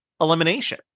elimination